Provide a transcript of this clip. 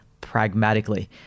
pragmatically